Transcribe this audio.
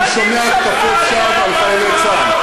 אני שומע התקפות שווא על חיילי צה"ל.